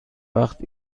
وقت